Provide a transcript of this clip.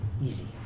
easy